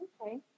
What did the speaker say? Okay